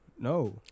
no